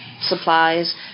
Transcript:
supplies